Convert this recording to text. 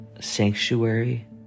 sanctuary